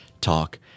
Talk